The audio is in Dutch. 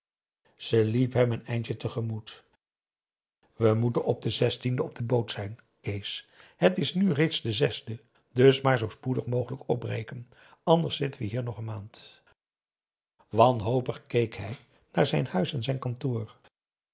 liep hem een eindje te gemoet we moeten den den op de boot zijn kees het is nu reeds de de dus maar zoo spoedig mogelijk opbreken anders zitten we hier nog een maand wanhopig keek hij naar zijn huis en zijn kantoor